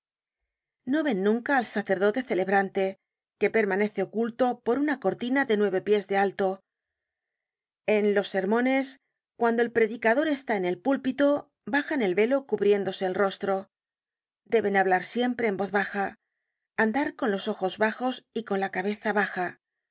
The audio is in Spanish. no ven nunca al sacerdote celebrante que permanece oculto por una cortina de nueve pies de alto en los sermones cuando el predicador está en el pulpito bajan el velo cubriéndose el rostro deben hablar siempre en voz baja andar con los ojos bajos y con la cabeza baja